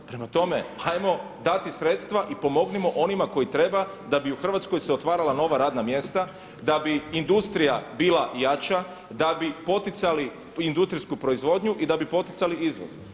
Prema tome ajmo dati sredstva i pomognimo onima koji treba da bi u Hrvatskoj se otvarala nova radna mjesta, da bi industrija bila jača, da bi poticali industrijsku proizvodnju i da bi poticali izvoz.